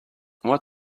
what